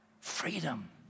freedom